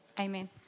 Amen